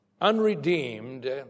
unredeemed